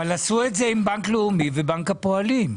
אבל עשו את זה עם בנק לאומי ובנק הפועלים.